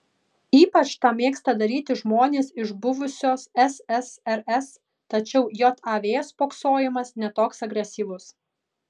ypač tą mėgsta daryti žmonės iš buvusios ssrs tačiau jav spoksojimas ne toks agresyvus